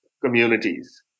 communities